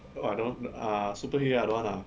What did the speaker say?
!wah! I don't want uh superhero I don't want lah